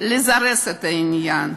לזרז את העניין,